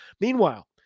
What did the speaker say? Meanwhile